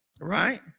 Right